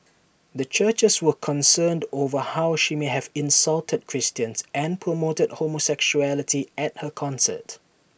the churches were concerned over how she may have insulted Christians and promoted homosexuality at her concert